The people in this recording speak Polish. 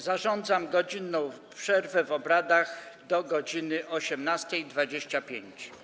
Zarządzam godzinną przerwę w obradach do godz. 18.25.